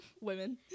Women